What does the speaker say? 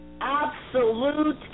absolute